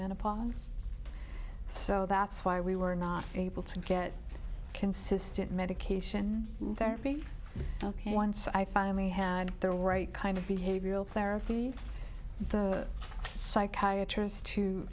menopause so that's why we were not able to get consistent medication therapy ok once i finally had the right kind of behavioral therapy psychiatr